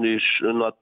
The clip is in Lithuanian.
iš nuo